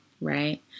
right